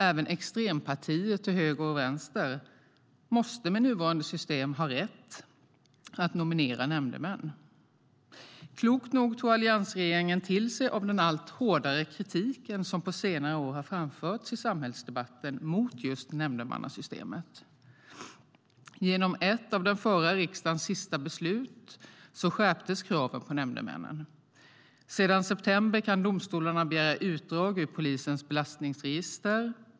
Även extrempartier till höger och vänster måste med nuvarande system ha rätt att nominera nämndemän. Klokt nog tog alliansregeringen till sig av den allt hårdare kritik som på senare år har framförts i samhällsdebatten mot just nämndemannasystemet. Genom ett av den förra riksdagens sista beslut skärptes kraven på nämndemännen. Sedan september kan domstolarna begära utdrag ur polisens belastningsregister.